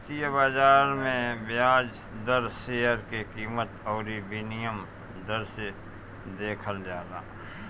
वित्तीय बाजार में बियाज दर, शेयर के कीमत अउरी विनिमय दर के देखल जाला